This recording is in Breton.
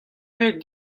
ret